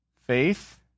faith